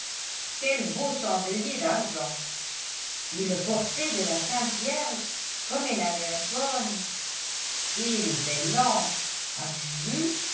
quels beaux chandeliers d'argent et le portrait de la sainte vierge comme elle a l'air bonne et les belles lampes as-tu vu